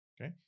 okay